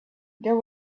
there